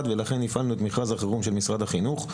ולכן הפעלנו את מכרז החירום של משרד החינוך.